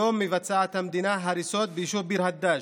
היום מבצעת המדינה הריסות ביישוב ביר הדאג',